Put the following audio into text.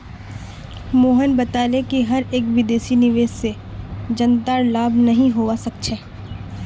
मोहन बताले कि हर एक विदेशी निवेश से जनतार लाभ नहीं होवा सक्छे